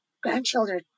grandchildren